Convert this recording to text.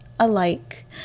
alike